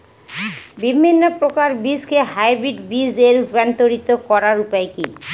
বিভিন্ন প্রকার বীজকে হাইব্রিড বীজ এ রূপান্তরিত করার উপায় কি?